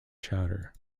chowder